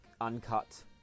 uncut